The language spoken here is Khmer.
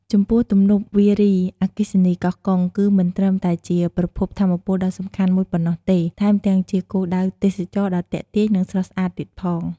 ចំពោះ ទំនប់វារីអគ្គិសនីកោះកុង គឺមិនត្រឹមតែជាប្រភពថាមពលដ៏សំខាន់មួយប៉ុណ្ណោះទេ ថែមទាំងជាគោលដៅទេសចរណ៍ដ៏ទាក់ទាញ និងស្រស់ស្អាតទៀតផង។